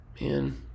man